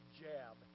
jab